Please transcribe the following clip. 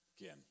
again